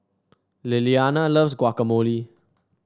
Lilliana loves Guacamole